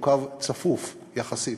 הוא קו צפוף יחסית.